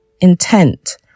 intent